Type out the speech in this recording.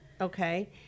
okay